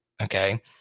Okay